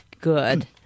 good